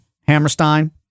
Hammerstein